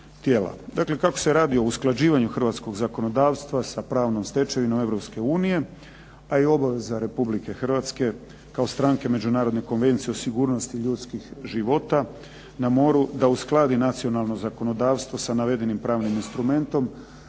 Dakle, kako se radi o usklađivanju hrvatskog zakonodavstva sa pravnom stečevinom Europske unije, a i obaveza Republike Hrvatske kao stranke Međunarodne konvencije o sigurnosti ljudskih života na moru da uskladi nacionalno zakonodavstvo sa navedenim pravnim instrumentom,